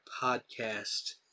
Podcast